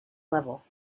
level